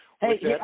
Hey